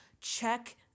check